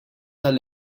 tal